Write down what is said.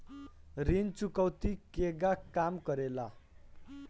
ऋण चुकौती केगा काम करेले?